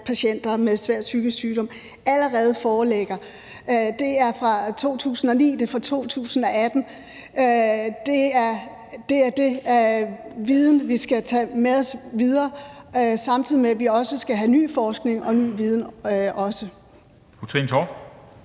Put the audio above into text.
patienter med svær psykisk sygdom, allerede foreligger. Det er fra 2009, og det er fra 2018. Det er den viden, vi skal tage med os videre, samtidig med at vi også skal have ny forskning og ny viden.